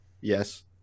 Yes